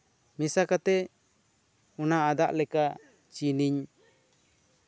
ᱢᱮᱥᱟ ᱠᱟᱛᱮ ᱚᱱᱟ ᱟᱫᱟᱜ ᱞᱮᱠᱟ ᱪᱤᱱᱤᱧ